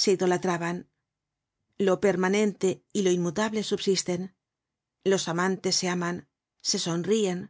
se idolatraban lo permanente y lo inmutable subsisten los amantes se aman se sonrien